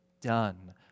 done